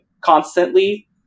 constantly